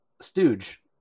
stooge